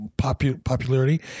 popularity